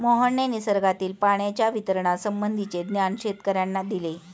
मोहनने निसर्गातील पाण्याच्या वितरणासंबंधीचे ज्ञान शेतकर्यांना दिले